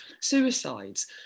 suicides